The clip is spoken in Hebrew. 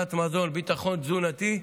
הצלת מזון, ביטחון תזונתי,